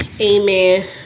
amen